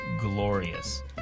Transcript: glorious